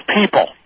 people